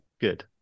good